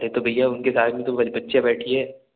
अरे तो भईया उनके साथ भी तो बच्चियाँ बैठी है